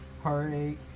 Heartache